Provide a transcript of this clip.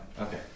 Okay